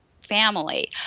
family